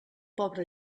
pobre